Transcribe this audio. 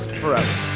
forever